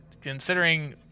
considering